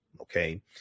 Okay